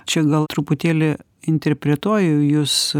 čia gal truputėlį interpretuoju jus